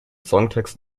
songtext